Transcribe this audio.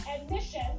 admission